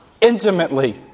intimately